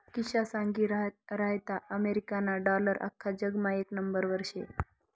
किशा सांगी रहायंता अमेरिकाना डालर आख्खा जगमा येक नंबरवर शे